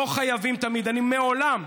לא חייבים תמיד, אני מעולם,